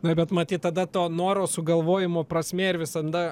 na bet matyt tada to noro sugalvojimo prasmė ir visada